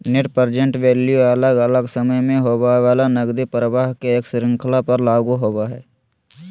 net present value अलग अलग समय पर होवय वला नकदी प्रवाह के एक श्रृंखला पर लागू होवय हई